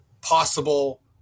possible